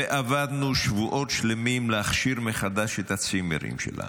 ועבדנו שבועות שלמים להכשיר מחדש את הצימרים שלנו,